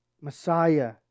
Messiah